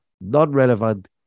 non-relevant